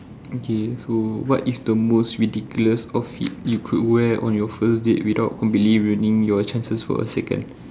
okay so what is the most ridiculous outfit you could wear on your first date without completely ruining your chances for a second